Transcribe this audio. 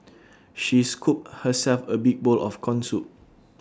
she scooped herself A big bowl of Corn Soup